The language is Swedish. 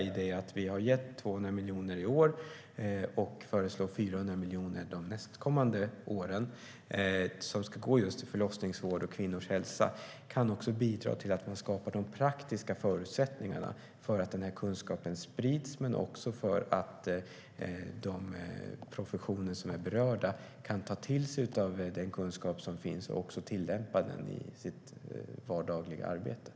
I och med att vi ger 200 miljoner i år och föreslår 400 miljoner för de nästkommande åren kan vi bidra till de praktiska förutsättningarna för att kunskapen ska spridas och för att de professioner som är berörda ska kunna ta till sig den kunskap som finns och tillämpa den i sitt dagliga arbete.